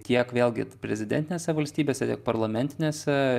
tiek vėlgi prezidentinėse valstybėse tiek parlamentinėse